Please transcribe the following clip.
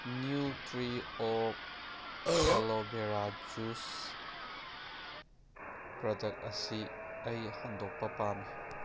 ꯅ꯭ꯌꯨꯇ꯭ꯔꯤꯑꯣꯔ ꯑꯦꯂꯣꯕꯦꯔꯥ juice product ꯑꯁꯤ ꯑꯩ ꯍꯟꯗꯣꯛꯄ ꯄꯥꯝꯃꯤ